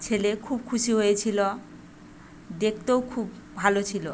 ছেলে খুব খুশি হয়েছিল দেখতেও খুব ভালো ছিল